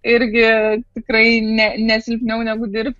irgi tikrai ne ne silpniau negu dirbt